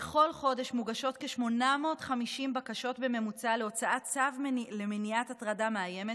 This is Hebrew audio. בכל חודש מוגשות כ-850 בקשות בממוצע להוצאת צו למניעת הטרדה מאיימת,